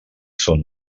són